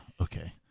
okay